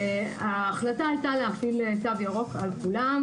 ההחלטה היתה להפעיל תו ירוק על כולם,